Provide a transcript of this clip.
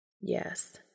Yes